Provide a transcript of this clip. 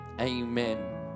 amen